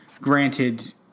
Granted